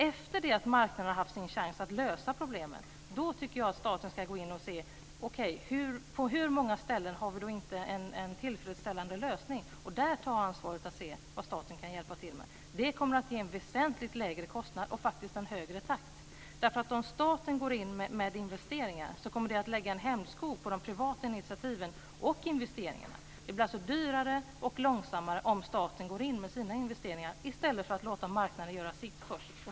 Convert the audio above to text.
Efter det att marknaden har haft sin chans att lösa problemen tycker jag att staten ska gå in och undersöka på hur många ställen vi inte har en tillfredsställande lösning och där ta ansvaret för att titta närmare på vad staten kan hjälpa till med. Det kommer att ge en väsentligt lägre kostnad och faktiskt en högre takt. Om staten går in med investeringar kommer det att lägga en hämsko på de privata initiativen och investeringarna. Det blir alltså dyrare och långsammare om staten går in med sina investeringar i stället för att låta marknaden göra sitt först.